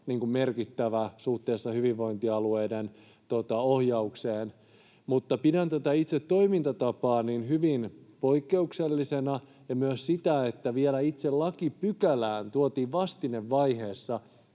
merkittävä suhteessa hyvinvointialueiden ohjaukseen, mutta pidän tätä itse toimintatapaa hyvin poikkeuksellisena, ja myös sitä, että vielä itse lakipykälään tuotiin vastinevaiheessa